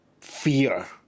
fear